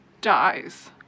dies